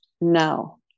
No